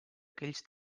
aquells